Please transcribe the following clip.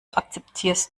akzeptierst